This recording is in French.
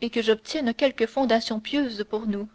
et que j'obtienne quelque fondation pieuse pour nous